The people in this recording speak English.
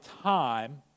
time